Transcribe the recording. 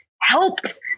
helped